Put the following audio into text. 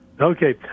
Okay